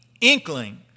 inkling